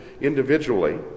individually